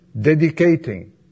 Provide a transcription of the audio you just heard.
dedicating